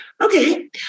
Okay